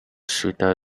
sweeter